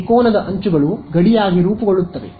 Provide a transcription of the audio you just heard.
ತ್ರಿಕೋನದ ಅಂಚುಗಳು ಗಡಿಯಾಗಿ ರೂಪುಗೊಳ್ಳುತ್ತವೆ